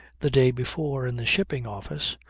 the day before, in the shipping office,